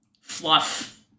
fluff